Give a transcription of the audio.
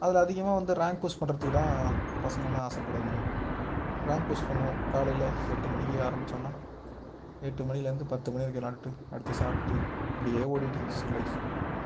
அதில் அதிகமாக வந்து ரேங்க் புஷ் பண்ணுறதுக்கு தான் பசங்களெல்லாம் ஆசைப்படுவானுங்க ரேங்க் புஷ் பண்ணுவோம் காலையில் எட்டு மணிக்கு ஆரம்பிச்சோன்னா எட்டு மணிலேருந்து பத்து மணி வரைக்கும் விளாண்டுட்டு அடுத்து சாப்பிட்டுட்டு இப்படியே ஓடிக்கிட்டு இருந்துச்சு லைஃப்